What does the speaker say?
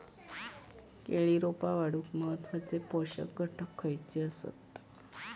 केळी रोपा वाढूक महत्वाचे पोषक घटक खयचे आसत?